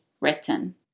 written